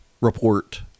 report